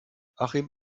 achim